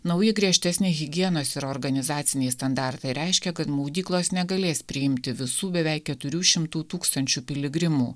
nauji griežtesni higienos ir organizaciniai standartai reiškia kad maudyklos negalės priimti visų beveik keturių šimtų tūkstančių piligrimų